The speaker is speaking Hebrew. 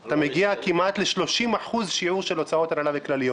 אתה מגיע לכמעט 30% שיעור של הוצאות הנהלה וכלליות.